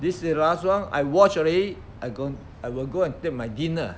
this is last round I watch already I go I will go and take my dinner